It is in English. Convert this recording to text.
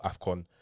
AFCON